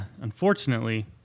unfortunately